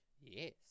Yes